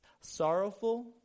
sorrowful